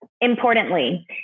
importantly